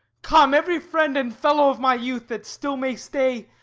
come, every friend and fellow of my youth that still may stay,